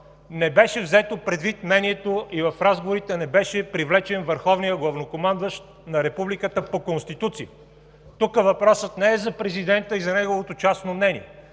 не беше взето предвид мнението и в разговорите не беше привлечен върховният главнокомандващ на Републиката по Конституция. Тук въпросът не е за Президента и за неговото частно мнение.